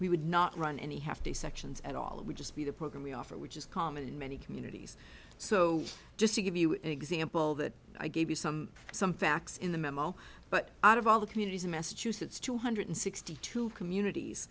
we would not run any have to sections at all it would just be the program we offer which is common in many communities so just to give you an example that i gave you some some facts in the memo but out of all the communities in massachusetts two hundred sixty two communities